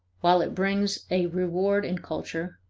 while it brings a reward in culture,